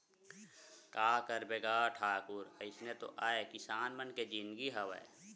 का करबे गा ठाकुर अइसने तो आय किसान मन के जिनगी हवय